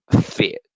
fit